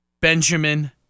Benjamin